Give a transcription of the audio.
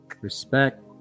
Respect